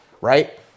right